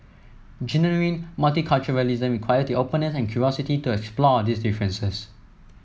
genuine multiculturalism require the openness and curiosity to explore these differences